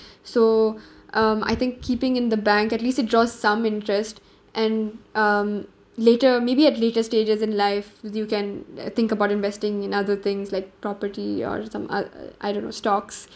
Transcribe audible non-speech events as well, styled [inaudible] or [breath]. [breath] so um I think keeping in the bank at least it draws some interest and um later maybe at later stages in life you can uh think about investing in other things like property or some uh I don't know stocks